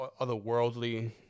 otherworldly